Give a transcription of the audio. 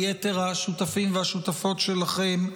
וליתר השותפים והשותפות שלכן,